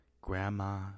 grandma